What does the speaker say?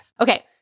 okay